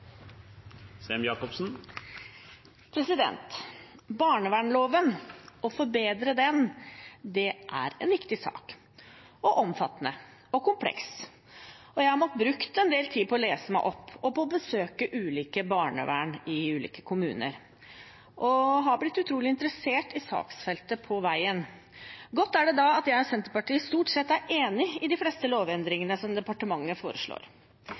av barnevernet. Å forbedre barnevernsloven er en viktig sak – og en omfattende og kompleks sak. Jeg har måttet bruke en del tid på å lese meg opp og på å besøke ulike barnevern i ulike kommuner, og jeg har blitt utrolig interessert i saksfeltet på veien. Godt er det da at jeg og Senterpartiet stort sett er enige i de fleste lovendringene som departementet